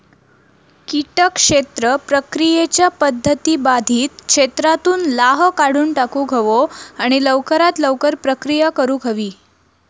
किटक क्षेत्र प्रक्रियेच्या पध्दती बाधित क्षेत्रातुन लाह काढुन टाकुक हवो आणि लवकरात लवकर प्रक्रिया करुक हवी